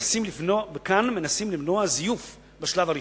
וכאן מנסים למנוע זיוף בשלב הראשוני.